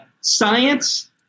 science